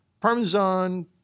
parmesan